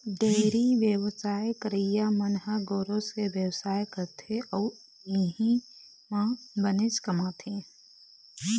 dairy बेवसाय करइया मन ह गोरस के बेवसाय करथे अउ इहीं म बनेच कमाथे